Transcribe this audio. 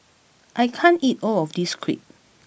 I can't eat all of this Crepe